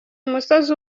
musozi